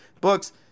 Books